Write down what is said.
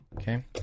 Okay